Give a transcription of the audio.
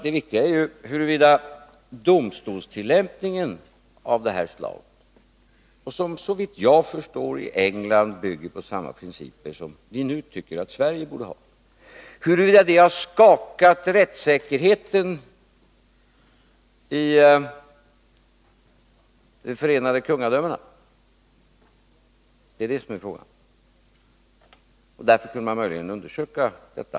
Det viktiga är ju huruvida domstolstillämpning av det här slaget — som såvitt jag förstår i England bygger på samma principer som vi nu tycker att Sverige skall ha — har skakat rättssäkerheten i de förenade kungadömena. Det är det som är frågan. Därför kunde man möjligen undersöka detta.